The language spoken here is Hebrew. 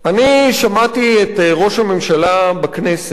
אני שמעתי את ראש הממשלה בכנסת